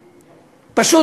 פשוט,